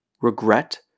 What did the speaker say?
regret